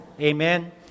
Amen